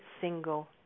single